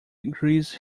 grease